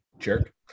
jerk